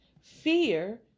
Fear